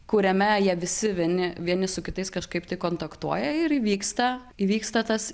kuriame jie visi vieni vieni su kitais kažkaip tai kontaktuoja ir įvyksta įvyksta tas